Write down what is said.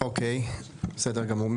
אוקיי, בסדר גמור.